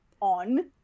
on